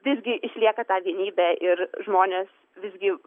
visgi išlieka ta vienybė ir žmonės visgi